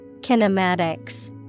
Kinematics